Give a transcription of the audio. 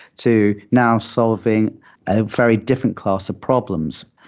to now solving a very different class of problems.